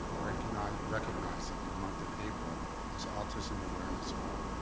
recognizing recognizing the month of april as autism awareness month.